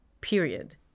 period